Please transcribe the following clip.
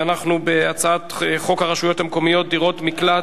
ואנחנו בהצעת חוק הרשויות המקומיות (דירות מקלט),